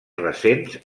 recents